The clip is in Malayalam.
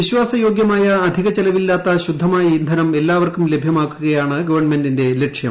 വിശ്വാസയോഗ്യമായ അധിക ചെലവില്ലാത്ത ശുദ്ധമായ ഇന്ധനം എല്ലാവർക്കും ലഭ്യമാക്കുകയാണ് ഗവൺമെന്റിന്റെ ലക്ഷ്യം